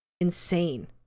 insane